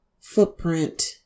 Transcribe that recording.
footprint